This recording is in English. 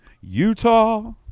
Utah